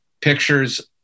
pictures